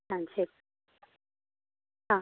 ஆ சரி ஆ